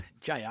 Jr